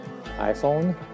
iPhone